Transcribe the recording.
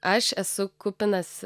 aš esu kupinas